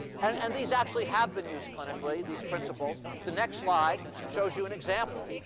and and these actually have been used clinically, these principles. the next slide shows you an example.